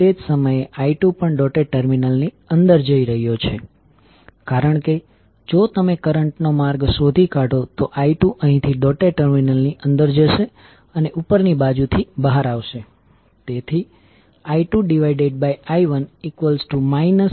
તે જ સમયે I2 પણ ડોટેડ ટર્મિનલની અંદર જઈ રહ્યો છે કારણ કે જો તમે કરંટ નો માર્ગ શોધી કાઢો તો I2 અહીંથી ડોટેડ ટર્મિનલની અંદર જશે અને ઉપરની બાજુ થી બહાર આવશે